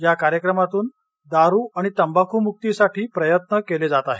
या कार्यक्रमांतून दारू आणि तंबाखू मुक्तीसाठी प्रयत्न केले जात आहेत